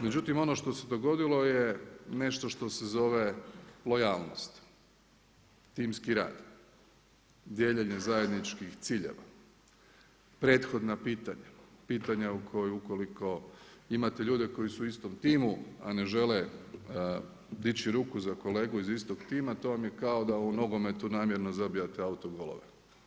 Međutim ono što se dogodilo je nešto što se zove lojalnost, timski rad, dijeljenje zajedničkih ciljeva, prethodna pitanja, pitanja u koji ukoliko imate ljude koji su u istom timu a ne žele dići ruku za kolegu iz istog tima to vam je kao da u nogometu namjerno zabijate autogolove.